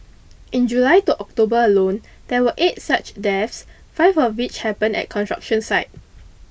in July to October alone there were eight such deaths five of which happened at construction sites